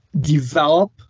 develop